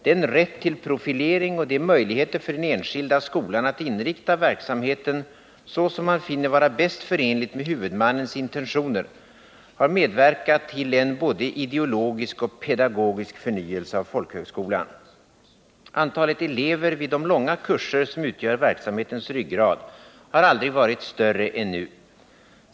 Den rätt till profilering och de möjligheter för den enskilda skolan att inrikta verksamheten så som man finner vara bäst förenligt med huvudmannens intentioner har medverkat till en både ideologisk och pedagogisk förnyelse 41 av folkhögskolan. Antalet elever vid de långa kurser som utgör verksamhetens ryggrad har aldrig varit större än nu.